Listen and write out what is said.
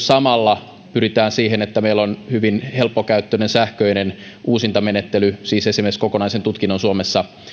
samalla pyritään siihen että meillä on hyvin helppokäyttöinen sähköinen uusintamenettely siis esimerkiksi kokonaisen tutkinnon suomessa